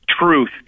truth